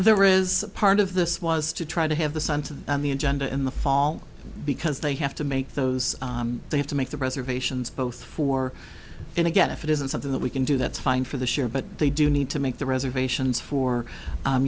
there is part of this was to try to have the sunset on the agenda in the fall because they have to make those they have to make the reservations both for and again if it isn't something that we can do that's fine for the share but they do need to make the reservations for